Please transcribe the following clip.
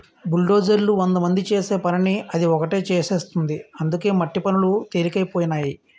బుల్డోజర్లు వందమంది చేసే పనిని అది ఒకటే చేసేస్తుంది అందుకే మట్టి పనులు తెలికైపోనాయి